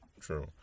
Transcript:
True